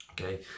Okay